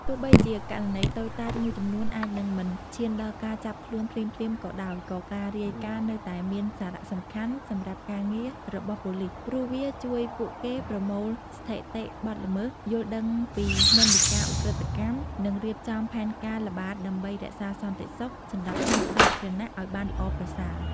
ទោះបីជាករណីតូចតាចមួយចំនួនអាចនឹងមិនឈានដល់ការចាប់ខ្លួនភ្លាមៗក៏ដោយក៏ការរាយការណ៍នៅតែមានសារៈសំខាន់សម្រាប់ការងាររបស់ប៉ូលិស ព្រោះវាជួយពួកគេប្រមូលស្ថិតិបទល្មើស យល់ដឹងពីនិន្នាការឧក្រិដ្ឋកម្ម និងរៀបចំផែនការល្បាតដើម្បីរក្សាសន្តិសុខសណ្តាប់ធ្នាប់សាធារណៈឲ្យបានល្អប្រសើរ។